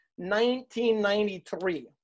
1993